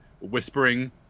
whispering